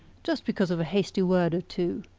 just because of a hasty word or two!